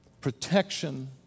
protection